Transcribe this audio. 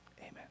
amen